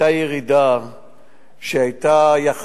היתה ירידה יחסית,